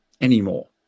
anymore